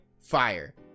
fire